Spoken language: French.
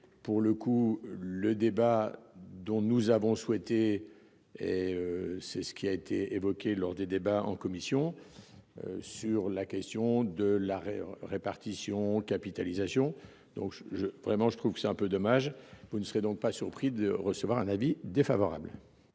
pour le coup le débat dont nous avons souhaité et. C'est ce qui a été évoqué lors des débats en commission. Sur la question de la répartition capitalisation donc je je, vraiment je trouve que c'est un peu dommage, vous ne serait donc pas surpris de recevoir un avis défavorable.